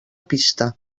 pista